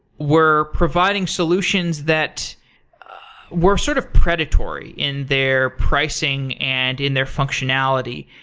were providing solutions that were sort of predatory in their pricing and in their functionality.